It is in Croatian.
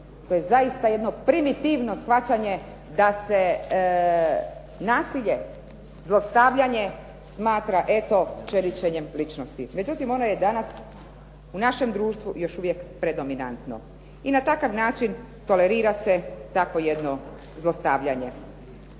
To je zaista jedno primitivno shvaćanje da se nasilje, zlostavljanje smatra, eto čeličenjem ličnosti. Međutim, ono je danas u našem društvu još uvijek predominantno. I na takav način tolerira se takvo jedno zlostavljanje.